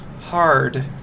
hard